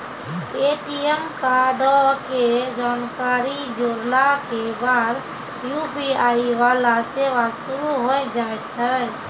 ATM कार्डो के जानकारी जोड़ला के बाद यू.पी.आई वाला सेवा शुरू होय जाय छै